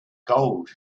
gold